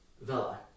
vela